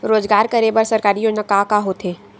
रोजगार करे बर सरकारी योजना का का होथे?